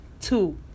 two